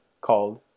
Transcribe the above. called